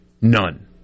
None